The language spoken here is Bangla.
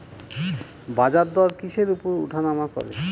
বাজারদর কিসের উপর উঠানামা করে?